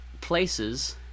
places